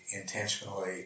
intentionally